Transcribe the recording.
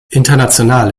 international